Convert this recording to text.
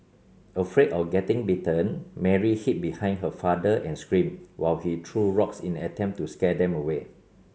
afraid of getting bitten Mary hid behind her father and screamed while he threw rocks in attempt to scare them away